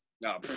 No